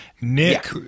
Nick